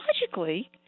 logically